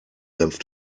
senf